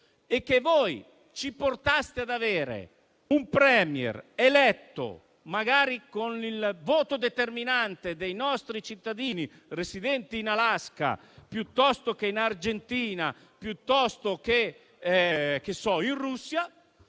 e che voi ci portaste ad avere un *Premier* eletto, magari con il voto determinante dei nostri cittadini residenti in Alaska o in Argentina o in Russia,